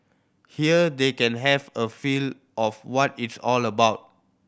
here they can have a feel of what it's all about